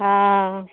हँ